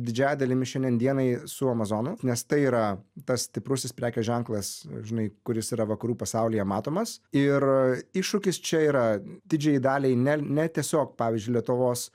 didžiąja dalimi šiandien dienai su amazonu nes tai yra tas stiprusis prekės ženklas žinai kuris yra vakarų pasaulyje matomas ir iššūkis čia yra didžiajai daliai ne ne tiesiog pavyzdžiui lietuvos